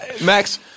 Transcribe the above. Max